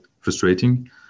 frustrating